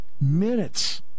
minutes